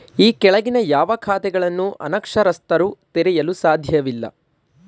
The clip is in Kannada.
ಈ ಕೆಳಗಿನ ಯಾವ ಖಾತೆಗಳನ್ನು ಅನಕ್ಷರಸ್ಥರು ತೆರೆಯಲು ಸಾಧ್ಯವಿಲ್ಲ?